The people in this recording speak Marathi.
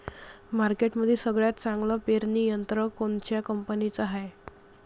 मार्केटमंदी सगळ्यात चांगलं पेरणी यंत्र कोनत्या कंपनीचं हाये?